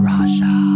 Raja